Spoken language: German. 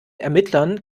ermittlern